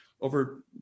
over